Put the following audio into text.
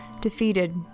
Defeated